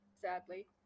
sadly